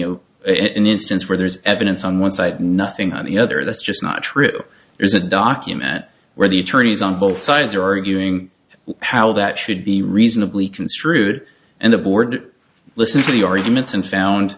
it an instance where there's evidence on one side nothing on the other that's just not true there's a document where the attorneys on both sides are arguing how that should be reasonably construed and the board listened to the arguments and found